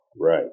Right